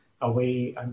away